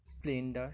splendor